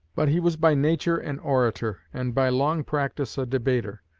but he was by nature an orator, and by long practice a debater.